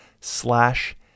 slash